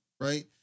right